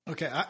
Okay